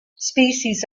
species